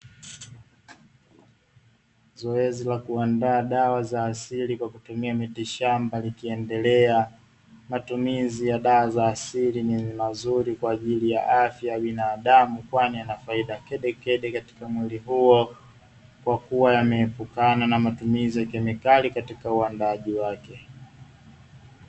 Zoezi la kuandaa dawa za asili kwa kutumia mitishamba likiendelea, matumizi ya dawa za asili ni mazuri kwa ajili ya afya ya binadamu kwani yana faida kedekede, katika mwili huo kwakua yameepukana na matumizi ya kemikali katika uandaaji wake.